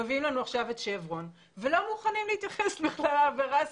מביאים לנו עכשיו את שברון ולא מוכנים בכלל להתייחס לעברה הסביבתי.